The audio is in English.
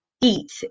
Eat